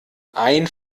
ein